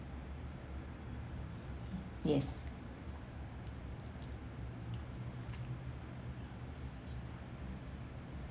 yes